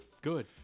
Good